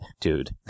Dude